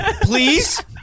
please